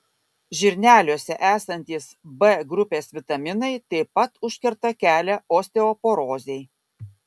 žirneliuose esantys b grupės vitaminai taip pat užkerta kelią osteoporozei